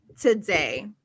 today